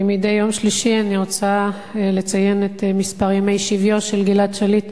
כמדי יום שלישי אני רוצה לציין את מספר ימי שביו של גלעד שליט